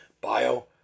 bio